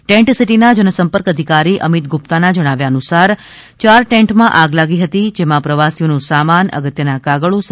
tent સિટીના જનસંપર્ક અધિકારી અમીત ગુપ્તાના જણાવ્યા પ્રમાણે ચાર ટેન્ટમાં આગ લાગી હતી જેમાં પ્રવાસીઓનો સામાન અગત્યના કાગળો હતું